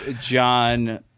John